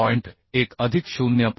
1 अधिक 0